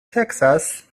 texas